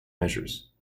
measures